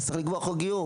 אז צריך לקבוע חוק גיור.